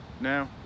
Now